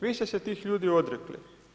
Vi ste se tih ljudi odrekli.